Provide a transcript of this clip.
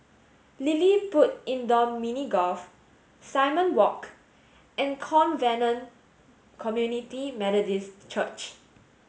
LilliPutt Indoor Mini Golf Simon Walk and Covenant Community Methodist Church